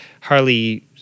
Harley